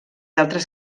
altres